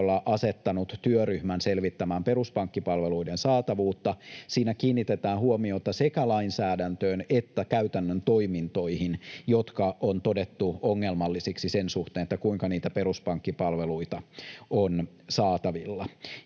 viikolla asettanut työryhmän selvittämään peruspankkipalveluiden saatavuutta. Siinä kiinnitetään huomiota sekä lainsäädäntöön että käytännön toimintoihin, jotka on todettu ongelmallisiksi sen suhteen, kuinka niitä peruspankkipalveluita on saatavilla.